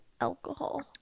alcohol